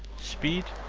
speed,